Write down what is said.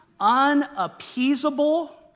unappeasable